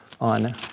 on